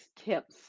tips